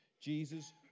Jesus